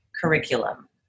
curriculum